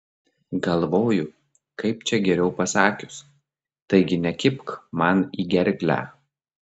galvoju kaip čia geriau pasakius taigi nekibk man į gerklę